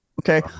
Okay